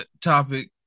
topic